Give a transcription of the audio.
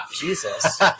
Jesus